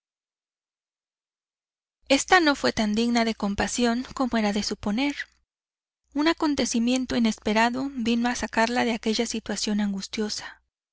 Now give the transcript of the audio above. esta no fue tan digna de compasión como era de suponer un acontecimiento inesperado vino a sacarla de aquella situación angustiosa